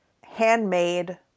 handmade